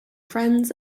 friends